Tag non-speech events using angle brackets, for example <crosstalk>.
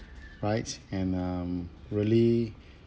right and um really <breath>